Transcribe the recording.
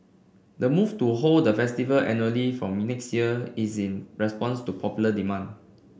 the move to hold the festival annually from me next year is in response to popular demand